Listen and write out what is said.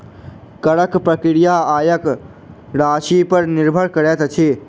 करक प्रक्रिया आयक राशिपर निर्भर करैत अछि